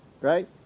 Right